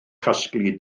casglu